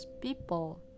people